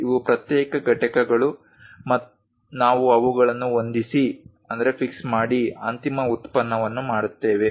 ಇವು ಪ್ರತ್ಯೇಕ ಘಟಕಗಳು ನಾವು ಅವುಗಳನ್ನು ಹೊಂದಿಸಿ ಅಂತಿಮ ಉತ್ಪನ್ನವನ್ನು ಮಾಡುತ್ತೇವೆ